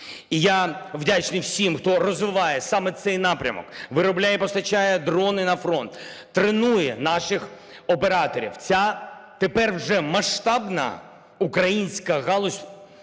І я вдячний всім, хто розвиває саме цей напрямок, виробляє і постачає дрони на фронт, тренує наших операторів. Ця тепер вже масштабна українська галузь